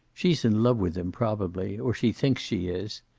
she's in love with him, probably, or she thinks she is.